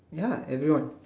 ya everyone